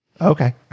Okay